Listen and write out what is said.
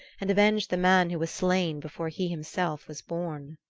and avenge the man who was slain before he himself was born.